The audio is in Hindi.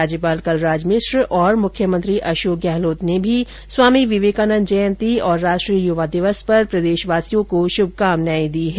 राज्यपाल कलराज मिश्र और मुख्यमंत्री अशोक गहलोत ने भी स्वामी विवेकानन्द जयन्ती और राष्ट्रीय युवा दिवस पर प्रदेशवासियों को शुमकामनाए दी है